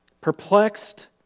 perplexed